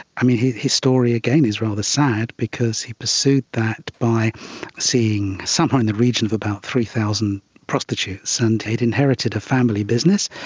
um yeah his story, again, is rather sad, because he pursued that by seeing somewhere in the region of about three thousand prostitutes. and he had inherited a family business,